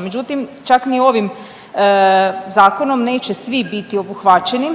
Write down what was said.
Međutim, čak ni ovim zakonom neće svi biti obuhvaćeni